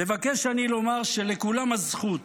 מבקש אני לומר שלכולם הזכות,